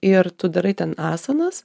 ir tu darai ten asanas